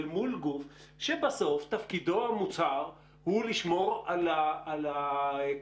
אל מול גוף שבסוף תפקידו המוצהר הוא לשמור על הקופה,